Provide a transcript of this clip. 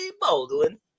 Baldwin